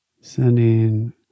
Sending